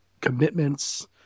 commitments